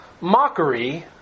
mockery